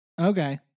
Okay